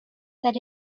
that